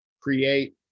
create